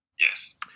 yes